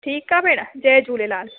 ठीकु आहे भेण जय झूलेलाल